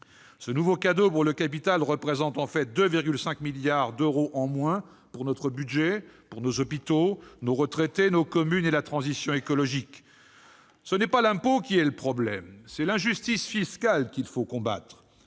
Ce nouveau cadeau pour le capital représente en fait 2,5 milliards d'euros en moins pour notre budget, nos hôpitaux, nos retraités, nos communes et le financement de la transition écologique. Ce n'est pas l'impôt qui est le problème, c'est l'injustice fiscale ; il faut la combattre.